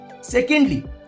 Secondly